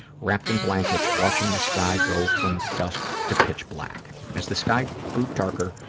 wrapped in blankets, watching the sky go from dusk to pitch black. as the sky grew darker,